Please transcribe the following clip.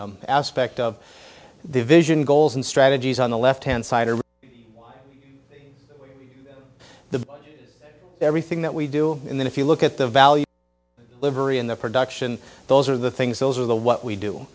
the aspect of the vision goals and strategies on the lefthand side of the everything that we do in that if you look at the value livery in the production those are the things those are the what we do